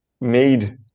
made